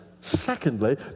Secondly